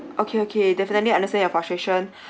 okay okay definitely I understand your frustration